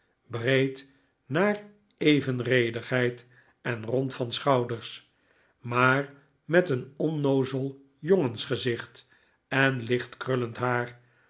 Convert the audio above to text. breed naar evenredigheid en rond van schpuders maar met een onnoozel jongensgezicht en licht krullend haar